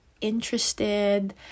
interested